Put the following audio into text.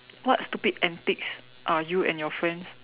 what stupid antics are you and your friends